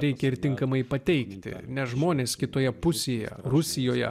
reikia ir tinkamai pateikti nes žmonės kitoje pusėje rusijoje